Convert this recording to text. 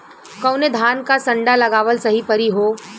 कवने धान क संन्डा लगावल सही परी हो?